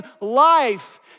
life